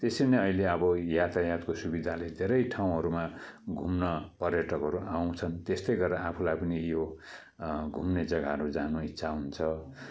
त्यसरी नै अहिले अब यातायातको सुविदाले धेरै ठाउँहरूमा घुम्न पर्यटकहरू आउँछन् त्यस्तै गरेर आफूलाई पनि यो घुम्ने जग्गाहरू जानु इच्छा हुन्छ